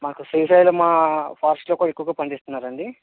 మనకు శ్రీశైలం ఫారెస్ట్లో కూడా ఎక్కువగా పండిస్తున్నారండి